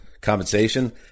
compensation